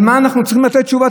על מה אנחנו צריכים לתת תשובות?